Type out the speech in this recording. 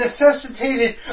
necessitated